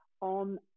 on